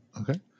Okay